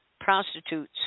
prostitutes